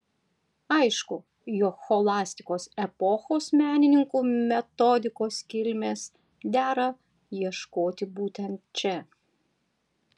aišku jog scholastikos epochos menininkų metodikos kilmės dera ieškoti būtent čia